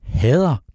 hader